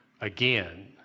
again